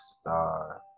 star